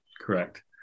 correct